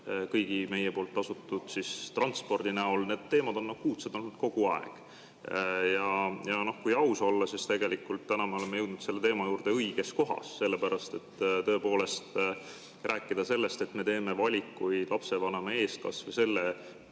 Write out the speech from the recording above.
kõigi meie poolt tasutud transpordi kaudu – need teemad on akuutsed olnud kogu aeg. Ja kui aus olla, siis tegelikult täna me oleme jõudnud selle teema juurde õiges kohas, sellepärast et kui rääkida sellest, et me teeme valikuid lapsevanema eest, kas või selles